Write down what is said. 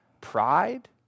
pride